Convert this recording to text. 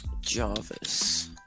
Jarvis